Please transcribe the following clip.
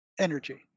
energy